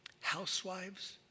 housewives